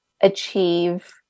achieve